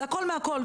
זה הכל מהכל.